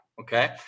Okay